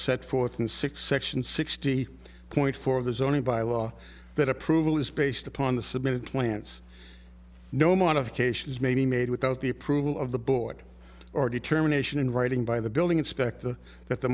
set forth in six section sixty point four of the zoning by law that approval is based upon the submitted plans no modifications may be made without the approval of the board or determination in writing by the building inspector that the